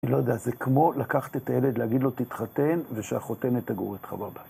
אני לא יודע, זה כמו לקחת את הילד, להגיד לו תתחתן, ושהחותנת תגור איתך בבית.